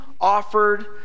offered